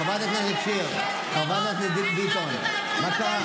חברת הכנסת שיר, חברת הכנסת ביטון מה קרה?